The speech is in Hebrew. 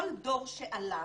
כל דור שעלה,